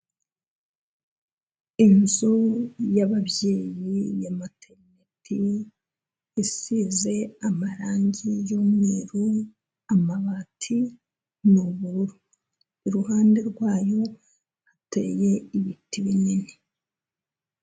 Inzu y'ababyeyi ya materineti, isize amarangi y'umweru, amabati ni ubururu, iruhande rwayo hateye ibiti binini.